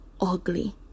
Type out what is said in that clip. ugly